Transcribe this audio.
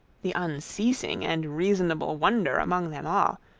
the unceasing and reasonable wonder among them all,